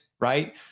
Right